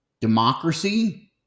Democracy